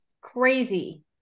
crazy